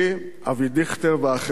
אבי דיכטר ואחרים,